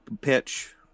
pitch